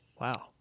Wow